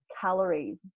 calories